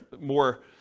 more